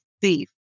thief